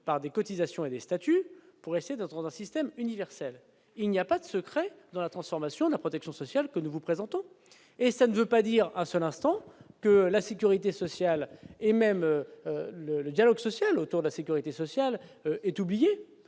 par des cotisations et des statuts pour essayer d'un d'un système universel, il n'y a pas de secret dans la transformation de la protection sociale, que nous vous présentons et ça ne veut pas dire un seul instant que la sécurité sociale et même le le dialogue social autour de la sécurité sociale est oublié